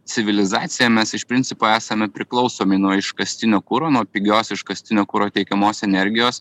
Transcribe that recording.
civilizacija mes iš principo esame priklausomi nuo iškastinio kuro nuo pigios iškastinio kuro teikiamos energijos